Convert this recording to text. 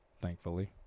thankfully